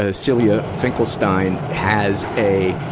ah celia finkelstein has a,